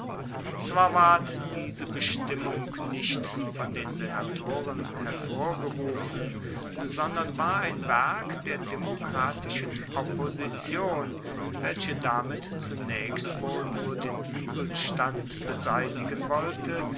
zwar ward diese bestimmung nicht von den senatoren hervorgerufen sondern war ein werk der demokratischen opposition welche damit zunaechst wohl nur den uebelstand beseitigen wollte